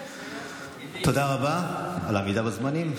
תודה רבה על עמידה בזמנים.